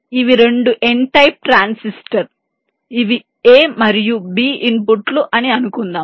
ఇవి రెండు n type transistor ఇవి a మరియు b ఇన్పుట్లు అని అనుకుందాం